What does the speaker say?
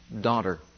daughter